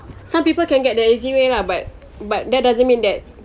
some people can get the easy way lah but but that doesn't mean that